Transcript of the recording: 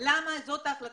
למה זאת ההחלטה?